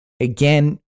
Again